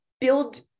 Build